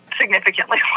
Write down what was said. significantly